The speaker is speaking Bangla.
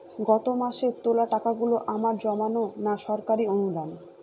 গত মাসের তোলা টাকাগুলো আমার জমানো না সরকারি অনুদান?